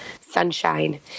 sunshine